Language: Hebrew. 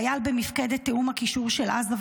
חייל במפקדת התיאום והקישור של עזה,